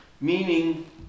meaning